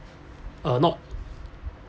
uh not